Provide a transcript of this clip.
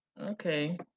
okay